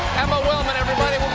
emma willmann, everybody!